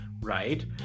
right